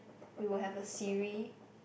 we will have a Siri